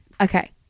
Okay